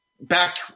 back